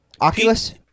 Oculus